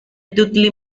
dudley